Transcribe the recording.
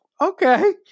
Okay